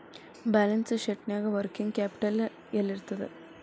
Balance ಶೇಟ್ನ್ಯಾಗ working capital ಯೆಲ್ಲಿರ್ತದ?